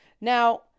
now